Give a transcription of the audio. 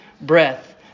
breath